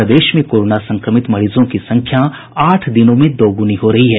प्रदेश में कोरोना संक्रमित मरीजों की संख्या आठ दिनों में दोगुनी हो रही है